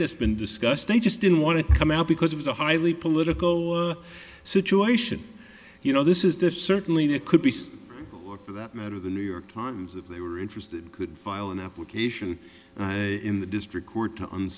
that's been discussed they just didn't want to come out because it was a highly political situation you know this is the certainly there could be some for that matter the new york times if they were interested could file an application in the district court to